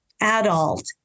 adult